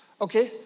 Okay